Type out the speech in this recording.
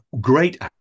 great